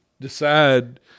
decide